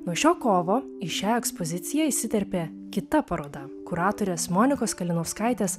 nuo šio kovo į šią ekspoziciją įsiterpė kita paroda kuratorės monikos kalinauskaitės